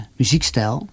muziekstijl